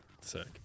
Sick